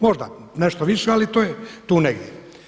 Možda nešto više, ali to je tu negdje.